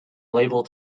label